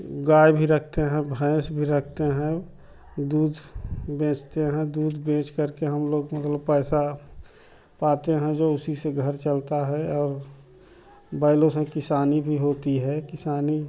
गाय भी रखते हैं भैंस भी रखते हैं दूध बेचते हैं दूध बेचकर के हम लोग मतलब पैसा पाते हैं जो उसी से घर चलता है और बैलों से किसानी भी होती है किसानी